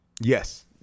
Yes